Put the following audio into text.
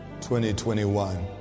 2021